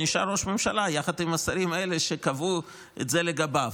נשאר ראש ממשלה יחד עם השרים האלה שקבעו את זה לגביו.